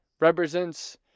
represents